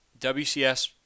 WCS